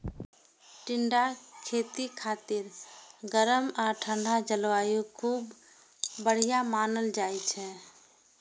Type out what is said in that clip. टिंडाक खेती खातिर गरम आ ठंढा जलवायु बढ़िया मानल जाइ छै